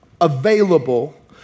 available